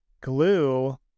Glue